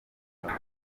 iduka